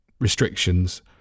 restrictions